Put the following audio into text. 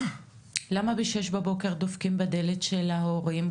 למה ב-06:00 בבוקר דופקים בדלת של ההורים?